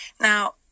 now